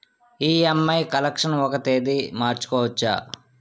EMI collection ఒక తేదీ మార్చుకోవచ్చా?